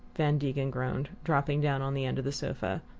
van degen groaned, dropping down on the end of the sofa.